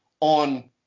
on